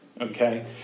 Okay